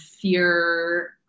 fear